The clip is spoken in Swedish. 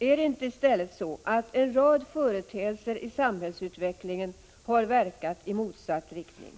Är det inte i stället så att en rad företeelser i samhällsutvecklingen har verkat i motsatt riktning?